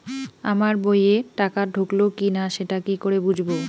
আমার বইয়ে টাকা ঢুকলো কি না সেটা কি করে বুঝবো?